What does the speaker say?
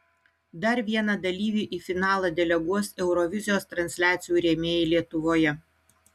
dar vieną dalyvį į finalą deleguos eurovizijos transliacijų rėmėjai lietuvoje